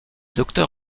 docteur